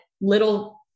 little